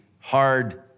hard